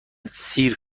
سیر